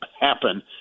happen